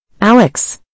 Alex